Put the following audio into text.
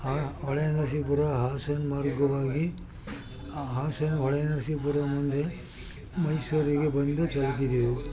ಆ ಹೊಳೆನರಸೀಪುರ ಹಾಸನ ಮಾರ್ಗವಾಗಿ ಆ ಹಾಸನ ಹೊಳೆನರಸೀಪುರ ಮುಂದೆ ಮೈಸೂರಿಗೆ ಬಂದು ತಲುಪಿದೆವು